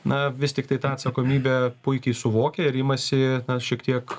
na vis tiktai tą atsakomybę puikiai suvokia ir imasi šiek tiek